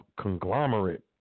conglomerate